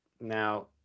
Now